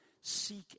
Seek